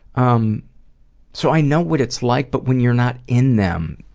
um so i know what it's like, but when you're not in them,